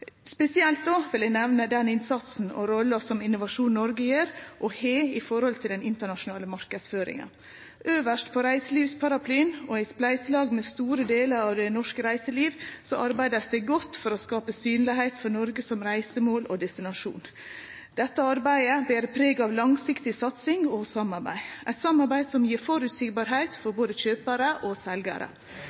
vil eg nemne den innsatsen og rolla som Innovasjon Norge òg har i den internasjonale marknadsføringa. Øvst på reiselivsparaplyen og i spleiselag med store delar av det norske reiselivet blir det arbeidd godt for å gjere Noreg synleg som reisemål og destinasjon. Dette arbeidet ber preg av langsiktig satsing og samarbeid, eit samarbeid som gjer det føreseieleg for både kjøparar og seljarar.